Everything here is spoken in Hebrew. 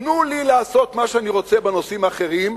תנו לי לעשות מה שאני רוצה בנושאים האחרים,